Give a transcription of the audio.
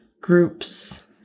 groups